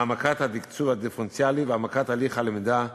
העמקת התקצוב הדיפרנציאלי והעמקת תהליך הלמידה המשמעותית.